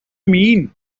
mean